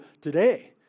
today